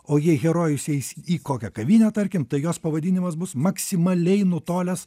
o jei herojus eis į kokią kavinę tarkim jos pavadinimas bus maksimaliai nutolęs